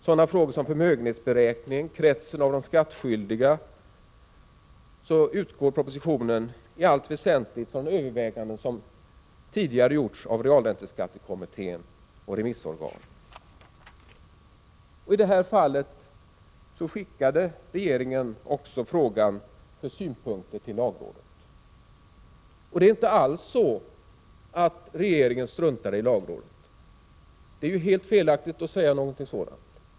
I fråga om förmögenhetsberäkning och om kretsen av de skattskyldiga utgår propositionen i allt väsentligt från överväganden som tidigare gjorts av realränteskattekommittén och remissorganen. I detta fall skickade regeringen frågan för synpunkter också till lagrådet. Det är inte alls så att regeringen struntar i lagrådet. Det är helt felaktigt att säga någonting sådant.